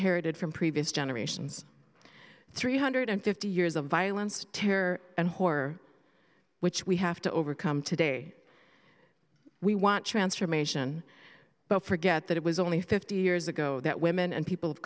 heritage from previous generations three hundred fifty years of violence terror and horror which we have to overcome today we want transformation but forget that it was only fifty years ago that women and people of